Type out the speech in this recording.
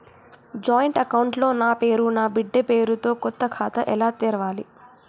Joint account లో నా పేరు నా బిడ్డే పేరు తో కొత్త ఖాతా ఎలా తెరవాలి?